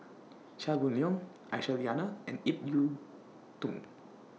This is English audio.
Chia Boon Leong Aisyah Lyana and Ip Yiu Tung